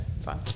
Fine